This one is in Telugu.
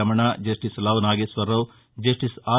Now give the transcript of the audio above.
Ramana justice Lavu Nageswararao justice are